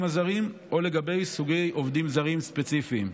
הזרים או לגבי סוגי עובדים זרים ספציפיים.